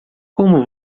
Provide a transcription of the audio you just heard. como